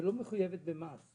שלא מחויבת במס.